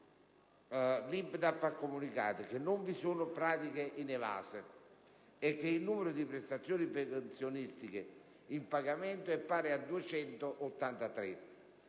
l'INPDAP ha comunicato che non vi sono pratiche inevase e che il numero di prestazioni pensionistiche in pagamento è pari a 283.